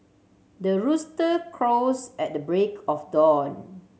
the rooster crows at break of dawn